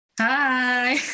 Hi